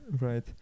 Right